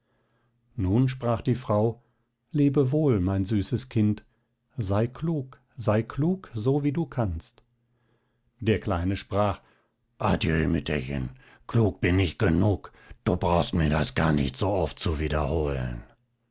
nun sprach die frau lebe wohl mein süßes kind sei klug sei klug so wie du kannst der kleine sprach adieu mütterchen klug bin ich genug du brauchst mir das gar nicht sooft zu wiederholen